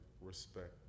respect